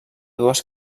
dues